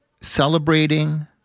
celebrating